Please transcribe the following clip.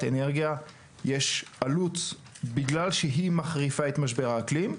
אנרגיה יש עלות בגלל שהיא מחריפה את משבר האקלים.